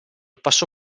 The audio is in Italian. passò